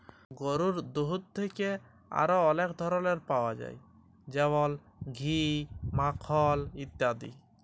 গরুর দুহুদ থ্যাকে আর অলেক ধরলের পাউয়া যায় যেমল ঘি, মাখল ইত্যাদি